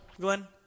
Glenn